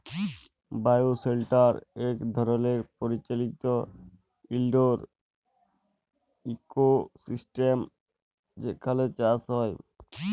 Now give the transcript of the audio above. bioshelter ইক ধরলের পরিচালিত ইলডোর ইকোসিস্টেম যেখালে চাষ হ্যয়